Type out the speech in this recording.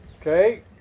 okay